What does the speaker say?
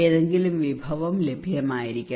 എന്തെങ്കിലും വിഭവം ലഭ്യമായിരിക്കണം